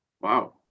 Wow